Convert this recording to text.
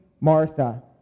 Martha